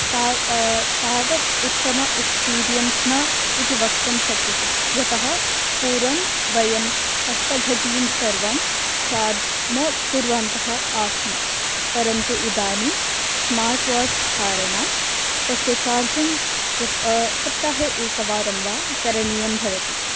ता तावत् उत्तम एक्स्पीरियन्स् न इति वक्तुं शक्यते यतः पूर्वं वयं हस्तघटीं सर्वं चार्ज् न कुर्वन्तः आस्म परन्तु इदानीं स्मार्ट् वाच् कारणात् तस्य चार्जिङ्ग् सप्ताहे एकवारं वा करणीयं भवति